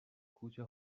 کوچه